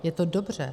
Je to dobře.